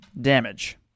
damage